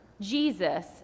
Jesus